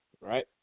right